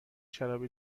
شراب